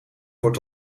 wordt